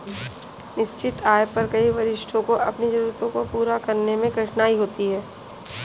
निश्चित आय पर कई वरिष्ठों को अपनी जरूरतों को पूरा करने में कठिनाई होती है